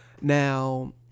Now